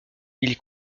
ils